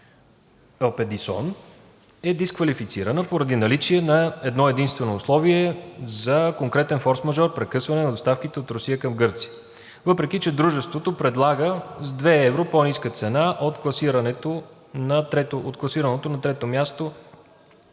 „Елпедисон“ е дисквалифицирана поради наличие на едно-единствено условие за конкретен форсмажор – прекъсване на доставките от Русия към Гърция, въпреки че дружеството предлага с 2 евро по-ниска цена от класираното на трето място